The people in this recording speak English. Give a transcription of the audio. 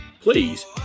please